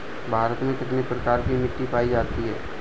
भारत में कितने प्रकार की मिट्टी पाई जाती है?